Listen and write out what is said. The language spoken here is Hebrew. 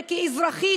וכאזרחית